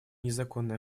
незаконной